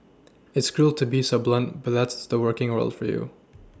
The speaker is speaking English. it's cruel to be so blunt but that's the working world for you